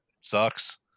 sucks